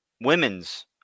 women's